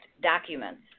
documents